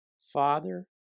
father